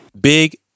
big